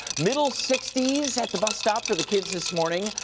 middle sixty s at the bus stop for the kids this morning.